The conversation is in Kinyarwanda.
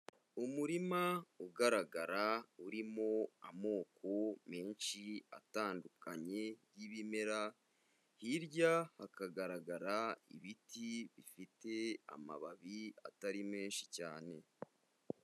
Umurima ugaragara urimo amoko menshi atandukanye y'ibimera, hirya hakagaragara ibiti bifite amababi atari menshi cyane.